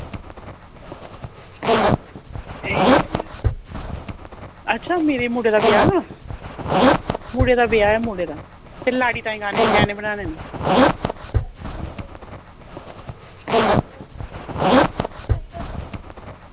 एह् अच्छा मेरे मुड़े दा ब्याह् ना मुड़े दा ब्याह् मुड़े दा ते लाड़ी ताहीं गैह्ने बनाने हे